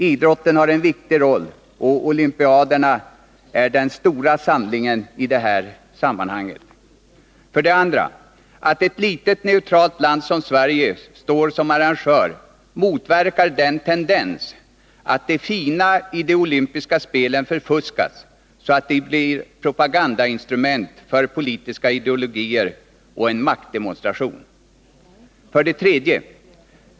Idrotten har en viktig roll, och olympiaderna är den stora samlingen i detta sammanhang. 2. Att ett litet neutralt land som Sverige står som arrangör motverkar tendensen att det fina i de olympiska spelen förfuskas, så att de blir propagandainstrument för politiska ideologier och en maktdemonstration. 3.